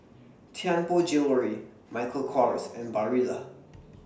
Tianpo Jewellery Michael Kors and Barilla